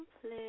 play